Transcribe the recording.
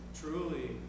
truly